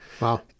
Wow